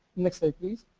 next slide please?